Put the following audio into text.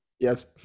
Yes